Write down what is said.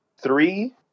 three